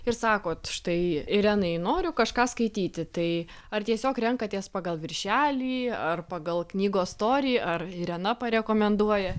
ir sakot štai irenai noriu kažką skaityti tai ar tiesiog renkatės pagal viršelį ar pagal knygos storį ar irena parekomenduoja